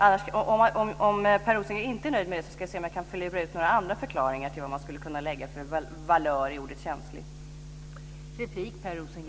Om Per Rosengren inte nöjer sig med det så ska jag se om jag kan fundera ut några andra förklaringar till vad man skulle kunna lägga för valör i ordet känslig.